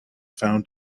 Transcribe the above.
found